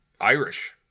Irish